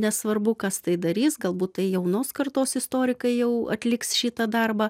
nesvarbu kas tai darys galbūt tai jaunos kartos istorikai jau atliks šitą darbą